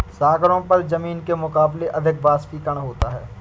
सागरों पर जमीन के मुकाबले अधिक वाष्पीकरण होता है